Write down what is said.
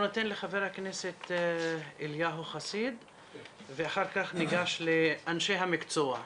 אנחנו ניתן לחבר הכנסת אליהו חסיד ואחר כך ניגש לאנשי המקצוע.